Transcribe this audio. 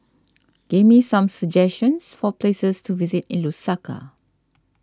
give me some suggestions for places to visit in Lusaka